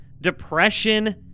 depression